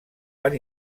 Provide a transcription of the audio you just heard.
per